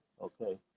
okay